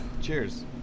Cheers